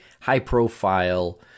high-profile